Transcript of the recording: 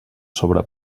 sobre